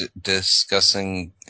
discussing